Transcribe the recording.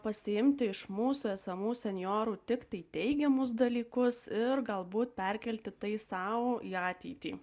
pasiimti iš mūsų esamų senjorų tiktai teigiamus dalykus ir galbūt perkelti tai sau į ateitį